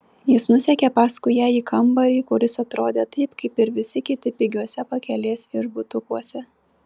jis nusekė paskui ją į kambarį kuris atrodė taip kaip ir visi kiti pigiuose pakelės viešbutukuose